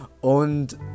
und